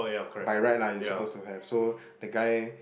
by right lah you supposed to have so the guy